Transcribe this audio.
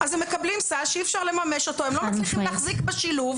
אז הם מקבלים סל שאי-אפשר לממש אותו -- (אומרת דברים בשפת הסימנים,